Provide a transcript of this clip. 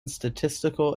statistical